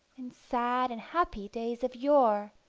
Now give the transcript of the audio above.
in sad and happy days of yore